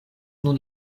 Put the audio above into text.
nun